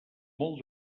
molt